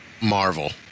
Marvel